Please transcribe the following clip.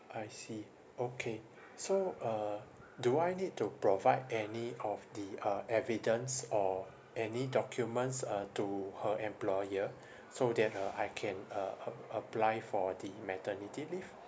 I see okay so uh do I need to provide any of the uh evidence or any documents uh to her employer so that uh I can uh ap~ apply for the maternity leave